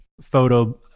photo